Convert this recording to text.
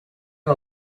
you